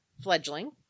fledgling